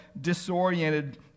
disoriented